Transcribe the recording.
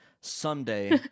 someday